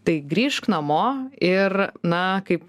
tai grįžk namo ir na kaip